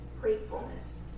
gratefulness